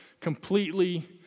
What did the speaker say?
completely